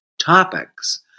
topics